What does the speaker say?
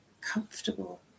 comfortable